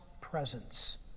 presence